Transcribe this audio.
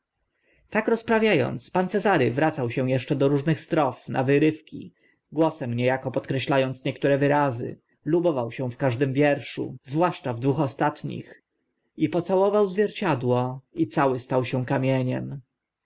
tak rozprawia ąc pan cezary wracał się eszcze do różnych strof na wyrywki głosem nie ako podkreślał niektóre wyrazy lubował się w każdym wierszu zwłaszcza w dwóch ostatnich i pocałował zwierciadło i cały stał się kamieniem